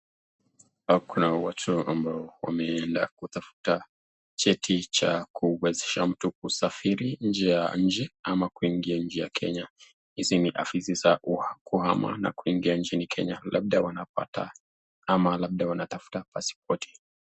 Hapa kuna watoto ambao wamenda kutafuta cheki cha kuwezesha mtu kusafiri nchi ya nchi ama kuingia nchi ya Kenya, hizi ni ofisi za kuhama na kuingia nchini Kenya labda wanatafuta paspoti.